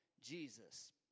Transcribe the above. Jesus